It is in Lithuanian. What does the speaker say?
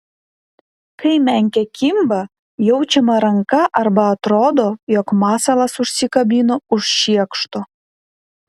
kai menkė kimba jaučiama ranka arba atrodo jog masalas užsikabino už šiekšto